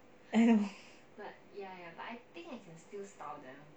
i know